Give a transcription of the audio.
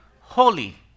holy